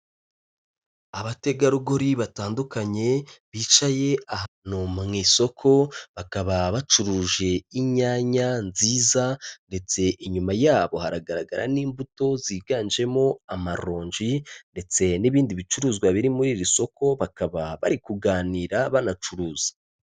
Abategarugori batandukanye bicaye ahantu mu isoko, bakaba bacuruje inyanya nziza ndetse inyuma yabo haragaragara n'imbuto ziganjemo amaronji ndetse n'ibindi bicuruzwa biri muri iri soko, bakaba bari kuganira banacuruza.